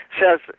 says